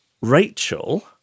Rachel